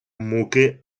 муки